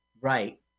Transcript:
Right